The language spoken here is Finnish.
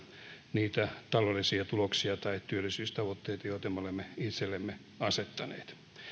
niitä taloudellisia tuloksia tai työllisyystavoitteita joita me olemme itsellemme asettaneet